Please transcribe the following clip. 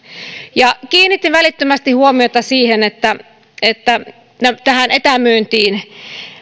kiinnitin välittömästi huomiota siihen että että etämyyntiin